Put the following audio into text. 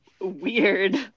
weird